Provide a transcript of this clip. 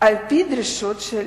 על-פי דרישות של